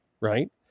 right